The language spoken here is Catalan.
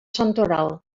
santoral